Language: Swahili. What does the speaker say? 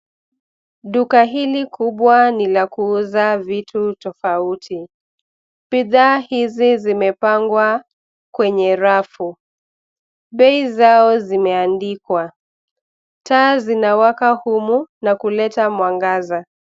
Duka hili kubwa ni la kuuza vitu tofauti. Bidhaa hizi zimepangwa kwenye rafu. Bei zao zimeandikwa. Taa zinawaka humu na kuleta mwangaza.